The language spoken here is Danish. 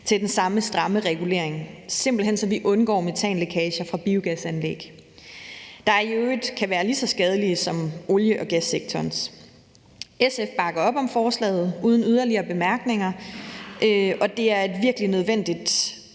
i den samme stramme regulering, blot så vi undgår metanlækager fra biogasanlæg, der i øvrigt kan være lige så skadelige som olie- og gassektorens. SF bakker op om forslaget uden yderligere bemærkninger. Det er et virkelig nødvendigt